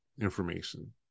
information